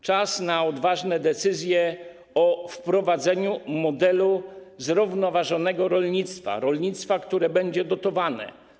Czas na odważne decyzje dotyczące wprowadzenia modelu zrównoważonego rolnictwa, rolnictwa, które będzie dotowane.